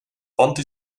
wandte